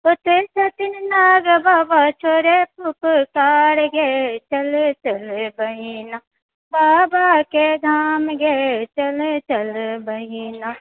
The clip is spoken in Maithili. ओतए छथिन नाग बाबा छोड़ै फुफकार ये चलऽ चलऽ बहिना बाबाके धाम ये चलऽ चलऽ बहिना